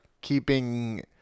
keeping